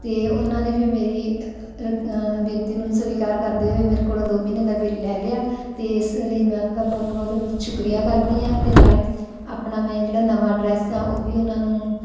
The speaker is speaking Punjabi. ਤੇ ਉਹਨਾਂ ਨੇ ਫਿਰ ਮੇਰੀ ਬੇਨਤੀ ਨੂੰ ਸਵੀਕਾਰ ਕਰਦੇ ਹੋਏ ਮੇਰੇ ਕੋਲੋਂ ਦੋ ਮਹੀਨੇ ਦਾ ਬਿੱਲ ਲੈ ਲਿਆ ਤੇ ਇਸ ਲਈ ਮੈਂ ਉਹਨਾਂ ਦਾ ਬਹੁਤ ਬਹੁਤ ਸ਼ੁਕਰੀਆ ਕਰਦੀਆਂ ਤੇ ਨਾਲੇ ਆਪਣਾ ਮੈਂ ਜਿਹੜਾ ਨਵਾਂ ਐਡਰੈਸ ਆ ਉਹ ਵੀ ਉਹਨਾਂ ਨੂੰ